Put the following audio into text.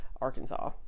Arkansas